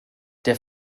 der